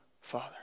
Father